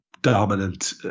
dominant